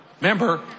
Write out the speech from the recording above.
Remember